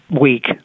week